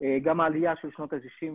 גם העלייה של שנות ה-90,